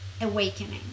awakening